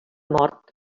mort